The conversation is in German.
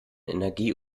energie